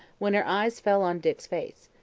when her eyes fell on dick's face.